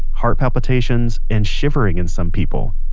heart palpitations, and shivering in some people.